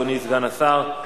אדוני סגן השר,